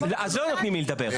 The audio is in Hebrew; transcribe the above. אז לא נותנים לי לדבר.